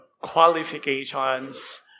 qualifications